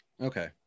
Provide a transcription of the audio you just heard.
Okay